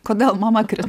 kodėl mama krito